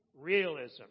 realism